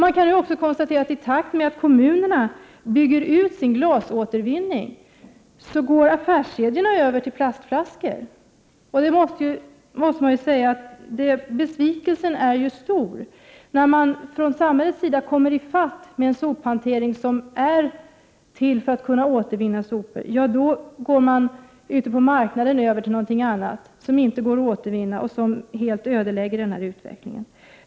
Man kan också konstatera att i takt med att kommunerna bygger ut sin glasåtervinning går affärskedjorna över till plastflaskor. Besvikelsen är stor. När man från samhällets sida kommer ifatt med en sophantering som är till för att kunna återvinna sopor, ja, då går man på marknaden över till något annat som inte går att återvinna och som helt ödelägger den här utvecklingen.